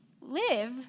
live